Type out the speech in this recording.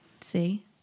See